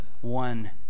one